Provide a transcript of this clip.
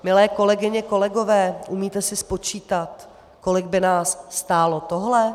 Milé kolegyně a kolegové, umíte si spočítat, kolik by nás stálo tohle?